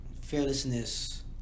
Fearlessness